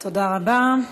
תודה רבה.